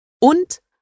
und